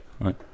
Right